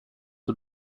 the